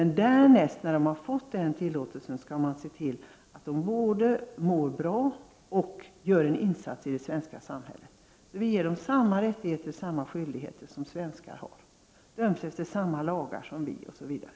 När de har fått tillåtelse att stanna här skall vi se till att de både mår bra och gör en insats i det svenska samhället. Vi skall ge dem samma rättigheter och samma skyldigheter som svenskar har. De skall dömas efter samma lagar som vi, Osv.